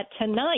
tonight